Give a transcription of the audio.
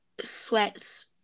sweats